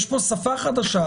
יש פה שפה חדשה.